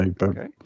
Okay